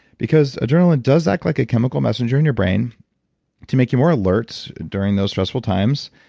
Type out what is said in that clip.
because adrenaline does act like a chemical messenger in your brain to make you more alert during those stressful times.